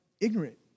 ignorant